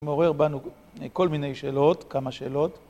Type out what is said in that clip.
מעורר בנו כל מיני שאלות, כמה שאלות